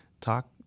Talk